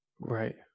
Right